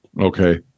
Okay